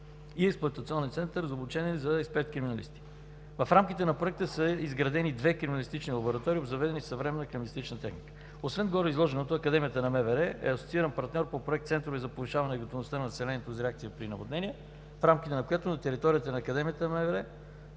в експлоатационен център за обучение за експерт-криминалисти. В рамките на проекта са изградени две криминалистични лаборатории, обзаведени със съвременна криминалистична техника. Освен гореизложеното Академията на МВР е асоцииран партньор по Проект „Центрове за повишаване готовността на населението за реакция при наводнения“, в рамките на която на територията на Академията на МВР